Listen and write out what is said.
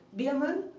biermann,